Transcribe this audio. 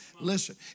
Listen